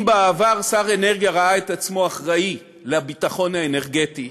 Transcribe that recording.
אם בעבר שר האנרגיה ראה את עצמו אחראי לביטחון האנרגטי,